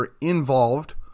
involved